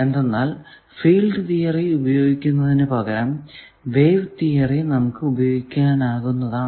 കാരണം field theory ഉപയോഗിക്കുന്നതിനു പകരം വേവ് തിയറി നമുക്ക് ഉപയോഗിക്കാനാകുന്നതാണ്